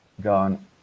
gone